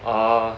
orh